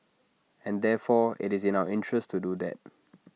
and therefore IT is in our interest to do that